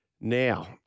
Now